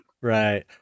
right